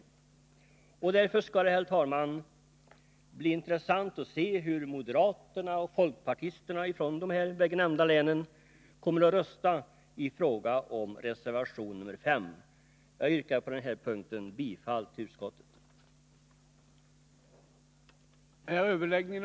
Det skall därför, herr talman, bli intressant att se hur moderaterna och folkpartisterna från de bägge nämnda länen kommer att rösta i fråga om reservation 5. Jag yrkar på den här punkten bifall till utskottets hemställan.